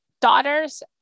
daughter's